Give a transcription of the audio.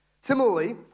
Similarly